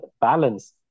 balance